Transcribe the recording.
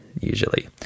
usually